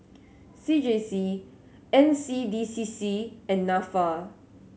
C J C N C D C C and Nafa